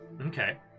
Okay